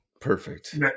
perfect